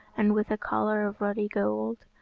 and with a collar of ruddy gold,